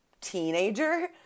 teenager